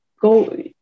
go